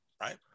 right